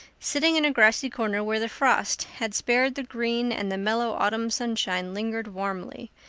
sitting in a grassy corner where the frost had spared the green and the mellow autumn sunshine lingered warmly,